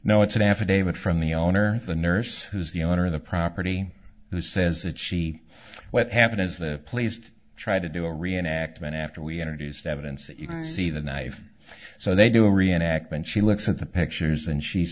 know it's an affidavit from the owner of the nurse who's the owner of the property who says that she what happened is that placed try to do a reenactment after we introduced evidence that you can see the knife so they do a reenactment she looks at the pictures